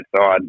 side